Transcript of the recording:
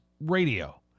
radio